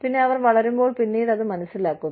പിന്നെ അവർ വളരുമ്പോൾ പിന്നീട് അത് മനസ്സിലാക്കുന്നു